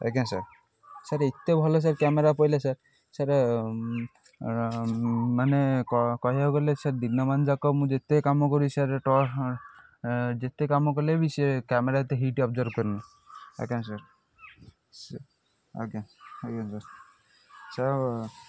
ଆଜ୍ଞା sir sir ଏତେ ଭଲ ସାର୍ କ୍ୟାମେରା ପଇଲା ସାର୍ ସାର୍ମାନେ କହିବାକୁ ଗଲେ ସାର୍ ଦିନମାନ ଯାକ ମୁଁ ଯେତେ କାମ କରି ସାର୍ ଯେତେ କାମ କଲେ ବି ସେ କ୍ୟାମେରା ଏତେ ହିଟ୍ ଅବଜର୍ଭ କରୁନି ଆଜ୍ଞା ସାର୍ ଆଜ୍ଞା ଆଜ୍ଞା ସାର୍ ସାର୍